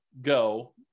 go